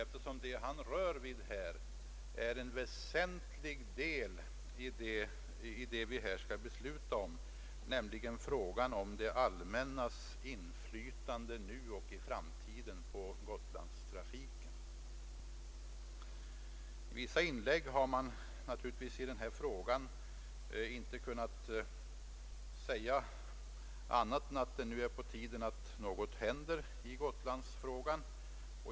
Herr Schött rör här vid en väsentlig del av det som vi skall besluta om, nämligen frågan om det allmännas inflytande på Gotlandstrafiken nu och i framtiden. I vissa inlägg har man naturligtvis blott kunnat säga att det nu är på tiden att något händer i Gotlandsfrågan.